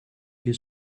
wir